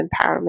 empowerment